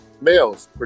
males